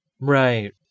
Right